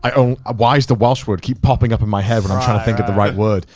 i mean ah why is the walsh word keep popping up in my head when i'm trying to think of the right word?